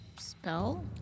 spell